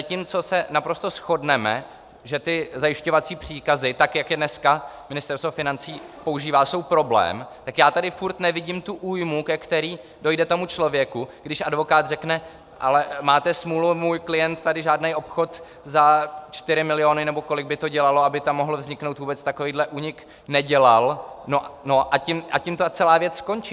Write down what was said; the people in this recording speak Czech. Zatímco se naprosto shodneme, že zajišťovací příkazy, tak jak je dneska Ministerstvo financí používá, jsou problém, tak já tady furt nevidím tu újmu, ke které dojde ten člověk, když advokát řekne: máte smůlu, můj klient tady žádný obchod za čtyři miliony, nebo kolik by to dělalo, aby tam mohl vzniknout vůbec takovýto únik, nedělal, a tím ta celá věc skončí.